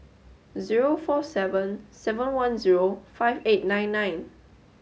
zero four seven seven one zero five eight nine nine